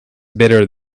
better